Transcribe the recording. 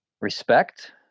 respect